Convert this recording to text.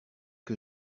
que